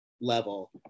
level